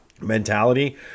mentality